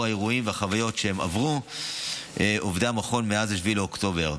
האירועים והחוויות שעברו עובדי המכון מאז 7 באוקטובר.